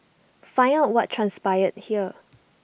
find out what transpired here